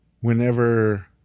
whenever